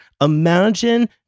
Imagine